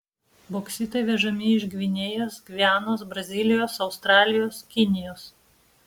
boksitai vežami iš gvinėjos gvianos brazilijos australijos kinijos